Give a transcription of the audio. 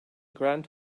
grand